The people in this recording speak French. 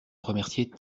remercier